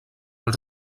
als